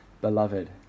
beloved